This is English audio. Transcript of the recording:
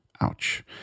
Ouch